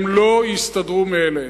הם לא יסתדרו מאליהם,